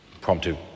prompted